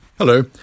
Hello